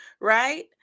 right